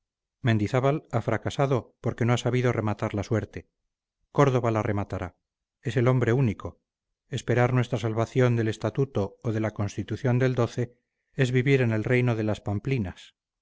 mendizábal ha fracasado porque no ha sabido rematar la suerte córdova la rematará es el hombre único esperar nuestra salvación del estatuto o de la constitución del es vivir en el reino de las pamplinas